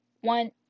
one